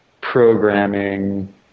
programming